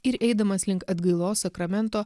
ir eidamas link atgailos sakramento